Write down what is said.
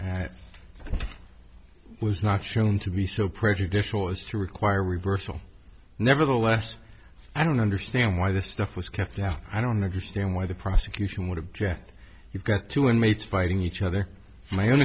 it was not shown to be so prejudicial as to require reversal nevertheless i don't understand why the stuff was kept out i don't understand why the prosecution would object you've got two inmates fighting each other my own